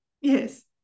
Yes